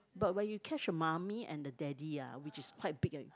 but when you catch the mommy and the daddy ah which is quite big and